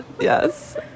Yes